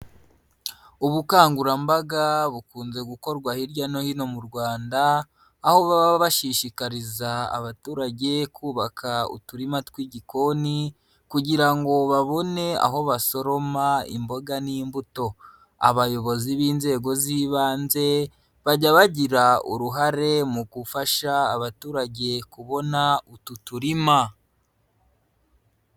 Ubukangurambaga bukunze gukorwa hirya no hino mu Rwanda, aho baba bashishikariza abaturage kubaka uturima tw'igikoni kugira ngo babone aho basoroma imboga n'imbuto. Abayobozi b'inzego z'ibanze bajya bagira uruhare mu gufasha abaturage kubona utu turima.